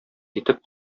итеп